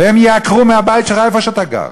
והם ייעקרו מהבית שלך, איפה שאתה גר.